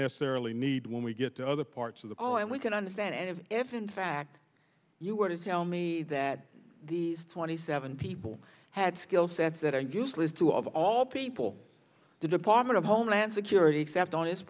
necessarily need when we get to other parts of the ball and we can understand it if in fact you were to tell me that these twenty seven people had skill sets that are useless to of all people the department of homeland security except on this